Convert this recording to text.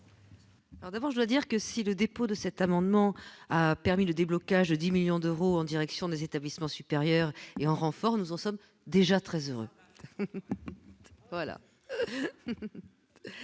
d'abord je dois dire que si le dépôt de cet amendement, permis le déblocage de 10 millions d'euros en direction des établissements supérieurs et en renfort, nous en sommes déjà très heureux,